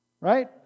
right